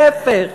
להפך.